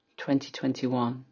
2021